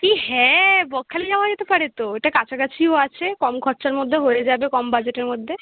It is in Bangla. এই হ্যাঁ বকখালি যাওয়া যেতে পারে তো এটা কাছাকাছিও আছে কম খরচার মধ্যে হয়ে যাবে কম বাজেটের মধ্যে